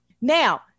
Now